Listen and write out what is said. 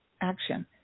action